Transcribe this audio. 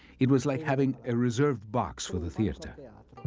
it was like having a reserved box for the theater. ah